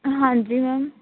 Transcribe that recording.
ਹਾਂਜੀ ਮੈਮ